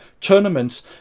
tournaments